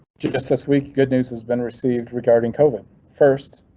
just this week, good news has been received regarding covin first.